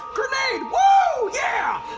grenade! whoa! yeah